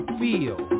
feel